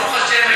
ברוך השם,